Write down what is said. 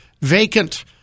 vacant